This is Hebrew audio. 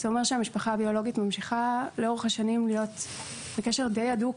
זה אומר שהמשפחה הביולוגית ממשיכה לאורך השנים להיות בקשר די הדוק,